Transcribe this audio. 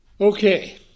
Okay